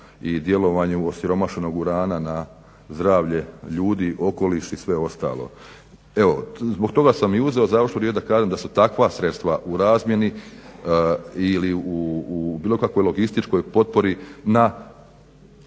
i djelovanju osiromašenog urana na zdravlje ljudi, okoliš i sve ostalo. Evo, zbog toga sam i uzeo završnu riječ da kažem da su takva sredstva u razmjeni ili u bilo kakvoj logističkoj potpori na